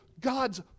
God's